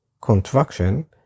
contraction